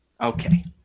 Okay